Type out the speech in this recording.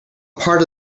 part